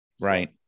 Right